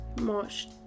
March